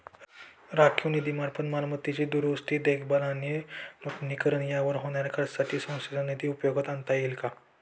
राखीव निधीमार्फत मालमत्तेची दुरुस्ती, देखभाल आणि नूतनीकरण यावर होणाऱ्या खर्चासाठी संस्थेचा निधी उपयोगात आणता येईल का?